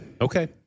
Okay